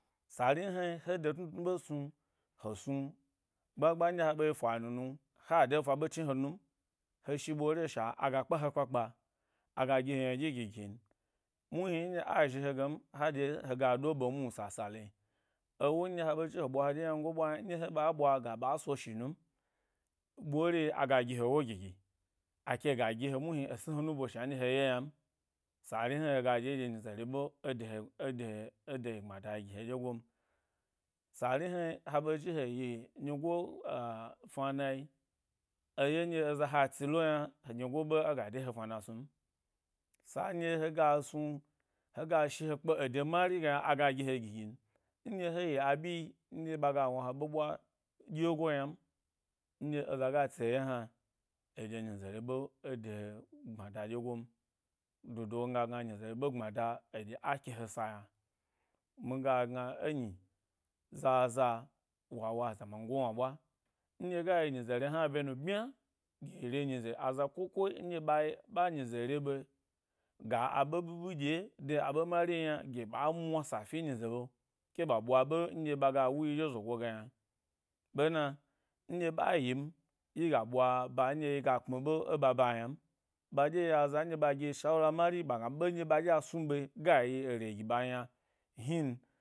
Sari hna, he de tnu tnu ɓe snu, he snu, gbagba nɗye ha ɓe yi fanu nu, ha de’ fa ɓe chni he nu m, he shi ɓore sha, aga kpa he kpa kpa aga gi he yna ɗyi gi gi n, muhni nɗye a zhi ho ge m ha-ɗye hega ɗo ɓe ma sa sale ewo ndye ha ɓe zhi he ɓwa yinaa, ndye he ɓa ɓwa ga ɓa so shi nu m, ɓore, aga gi he’ wo gigi ake ga gihe muhni e sni he nubo shna nɗye he ye ynam. Sari hna hega ɗye ɗye nyize re ɓe ede he, ede he ede yi gbma da yi he dyegom sari hnayi ha ɓe zhi he yi nyigo a-fnana yi eye nɗye eza ha tsi lo yna, nyigo’ be ega de he fnana snum. Sa nɗye hega nu, hega shi he kpe ede mari ge yna a gi he gigin, ndye he yi a ɓyi-ndye ɓaga wna he’ ɓe ɓwa ɗye go ynam, nɗye eza ga tsi eye hna, eɗye nyize re ɓe ede-gbmada o ɗye go m, dodo miga gna nyize re ɓe gbmadad eɗye a ke he say a. Miga gna enyi, za za wa wa aza mango wna ɓwa, nɗye ga yi nyize re hna ɓye nu ɓy ɓmya yi re nyize aza ko ko nɗye ɓa, ɓa nyize ra ɓe ga a ɓe ɓiɓi ɗye de aɓe mari yna gi ba mwasa fi enyize ɓe, ke ɓa ɓwa e ɓ nɗye ɓaga wuyi dye zogo ge yna. Ɓena, nɗye ɓa yim yi ga ɓwa ɓba nɗye yi ga kpmi ɓe e ɓa ba ynam. Ɓa ɗye yi aza nɗye, ɓa giyi shawura ari ɓagna ɓe nɗyo ɓa ɗye a-snu ɓe ga yi ere gi ɓba m yna hni.